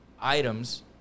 items